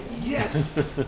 yes